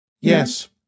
Yes